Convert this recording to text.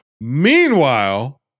Meanwhile